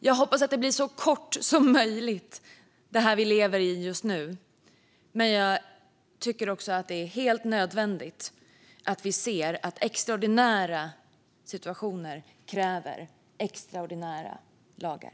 Jag hoppas att det vi lever i just nu blir så kortvarigt som möjligt, men jag tycker också att det är helt nödvändigt att vi ser att extraordinära situationer kräver extraordinära lagar.